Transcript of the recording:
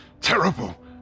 terrible